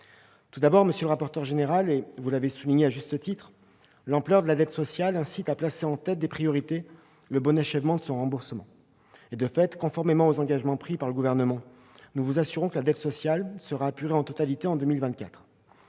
Tout d'abord, comme vous l'avez souligné à juste titre, l'ampleur de la dette sociale nous incite à placer en tête des priorités le parachèvement de son remboursement. De fait, conformément aux engagements pris par le Gouvernement, nous vous assurons que la dette sociale sera apurée en totalité en 2024.